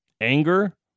anger